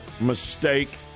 mistake